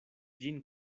ĝin